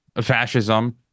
fascism